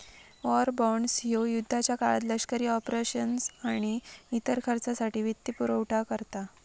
war bonds ह्यो युद्धाच्या काळात लष्करी ऑपरेशन्स आणि इतर खर्चासाठी वित्तपुरवठा करता